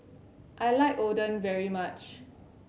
I like Oden very much